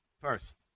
First